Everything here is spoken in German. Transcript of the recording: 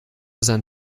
sein